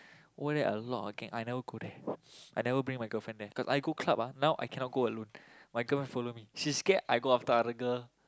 over there a lot of gang I never go there I never bring my girlfriend there cause I go club ah now I cannot go alone my girlfriend follow me she scared I go after other girl